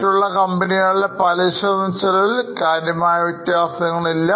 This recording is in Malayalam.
മറ്റുള്ള കമ്പനികളുടെ പലിശ എന്ന ചെലവിൽ കാര്യമായ വ്യത്യാസങ്ങളില്ല